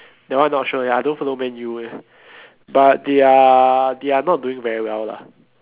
that one I not sure eh I don't follow Man U eh but they're they're not doing very well lah